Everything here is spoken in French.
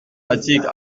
article